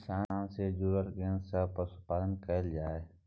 किसान से जुरल केना सब पशुपालन कैल जाय?